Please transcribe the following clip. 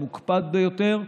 המוקפד ביותר,